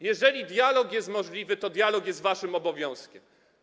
Jeżeli dialog jest możliwy, to dialog jest waszym obowiązkiem.